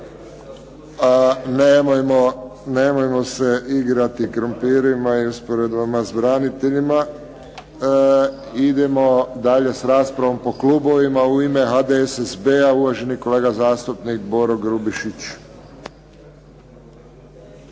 Nemojmo se igrati krumpirima i usporedbama s braniteljima. Idemo dalje sa raspravom po klubovima, u ime HDSSB-a uvaženi kolega zastupnik Boro Grubišić.